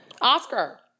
Oscar